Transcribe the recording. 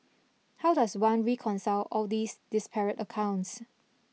how does one reconcile all these disparate accounts